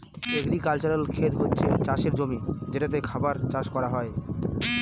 agricultural খেত হচ্ছে চাষের জমি যেটাতে খাবার চাষ করা হয়